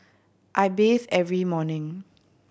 I bathe every morning